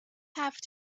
have